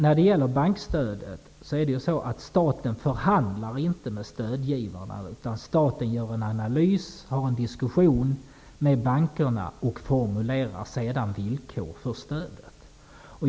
När det gäller bankstödet förhandlar staten inte med stödgivarna, utan staten gör en analys och har en diskussion med bankerna. Sedan formuleras villkoren för stödet.